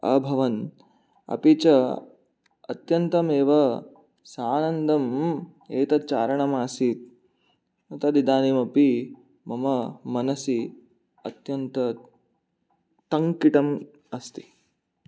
अभवन् अपि च अत्यन्तमेव सानन्दम् एतत् चारणमासीत् तद् इदानीमपि मम मनसि अत्यन्ततङ्किटम् अस्ति